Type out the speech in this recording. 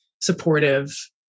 supportive